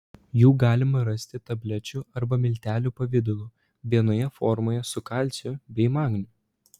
jų galima rasti tablečių arba miltelių pavidalu vienoje formoje su kalciu bei magniu